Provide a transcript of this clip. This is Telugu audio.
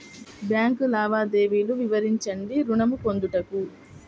బ్యాంకు లావాదేవీలు వివరించండి ఋణము పొందుటకు?